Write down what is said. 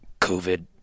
covid